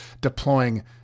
deploying